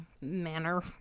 manner